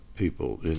people